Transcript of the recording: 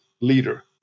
leader